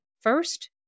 First